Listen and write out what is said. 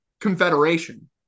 Confederation